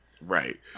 Right